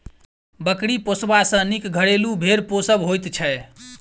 बकरी पोसबा सॅ नीक घरेलू भेंड़ पोसब होइत छै